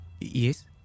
yes